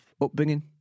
upbringing